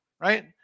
Right